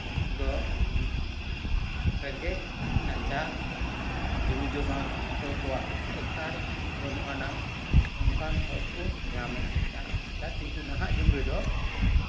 ᱫᱚ ᱨᱮᱸᱜᱮᱡ ᱱᱟᱪᱟᱨ ᱡᱚᱢᱤᱼᱡᱚᱢᱟ ᱚᱠᱚᱭ ᱠᱚᱣᱟᱜ ᱮᱠᱟᱞ ᱵᱟᱹᱱᱩᱜ ᱟᱱᱟᱝ ᱱᱚᱝᱠᱟᱱ ᱦᱚᱲ ᱠᱚ ᱧᱟᱢᱮᱫ ᱧᱟᱢᱮᱫᱟ ᱠᱤᱱᱛᱩ ᱱᱟᱦᱟᱜ ᱡᱩᱜᱽ ᱨᱮᱫᱚ